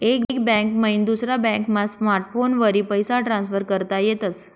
एक बैंक मईन दुसरा बॅकमा स्मार्टफोनवरी पैसा ट्रान्सफर करता येतस